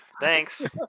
Thanks